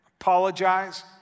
apologize